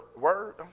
Word